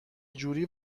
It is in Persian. جوری